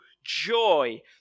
joy